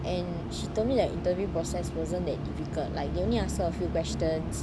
and she told me like the interview process wasn't that difficult like they only ask her a few questions